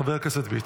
חבר הכנסת ביטון,